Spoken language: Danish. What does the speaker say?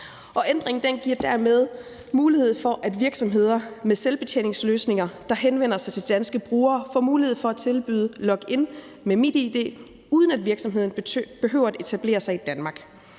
Ændringen giver dermed mulighed for, at virksomheder med selvbetjeningsløsninger, der henvender sig til danske brugere, får mulighed for at tilbyde log-in med MitID, uden at virksomheden behøver at etablere sig i Danmark.